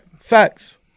Facts